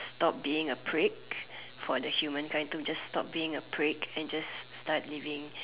stop being a prick for the humankind to just stop being a prick and just start living